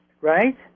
right